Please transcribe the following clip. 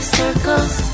circles